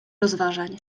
rozważań